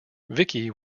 vicky